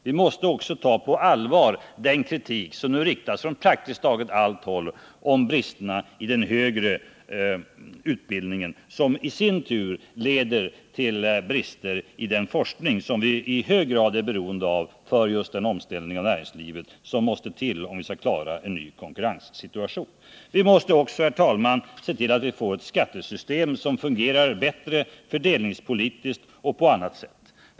Vi måste också ta på allvar den kritik som från praktiskt taget alla håll riktas mot den högre utbildningens brister, vilket i sin tur leder till brister i den forskning som vi i hög grad är beroende av för just den omställning av näringslivet som måste till för att klara en ny konkurrenssituation. Vi måste vidare, herr talman, se till att vi får ett skattesystem som fördelningspolitiskt och på annat sätt fungerar bättre.